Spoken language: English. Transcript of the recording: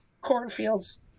cornfields